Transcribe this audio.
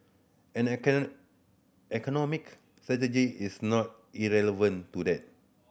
and economic strategy is not irrelevant to that